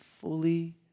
fully